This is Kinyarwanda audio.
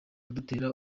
kudutera